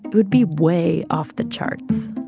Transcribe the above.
you'd be way off the charts,